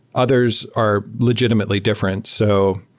others are legitimately different. so